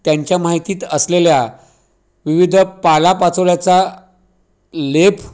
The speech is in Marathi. त्यांच्या माहितीत असलेल्या विविध पालापाचवल्याचा लेप